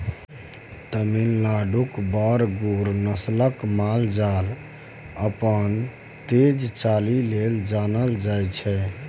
तमिलनाडुक बरगुर नस्लक माल जाल अपन तेज चालि लेल जानल जाइ छै